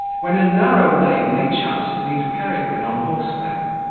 when in a narrow lane they chanced to meet peregrine on horseback.